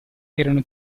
erano